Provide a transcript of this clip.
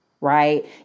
right